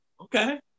okay